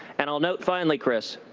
and, i'll note finally, chris,